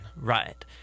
Right